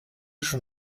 schon